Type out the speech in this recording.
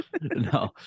No